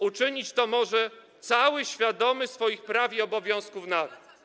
Uczynić to może cały świadomy swoich praw i obowiązków naród.